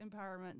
empowerment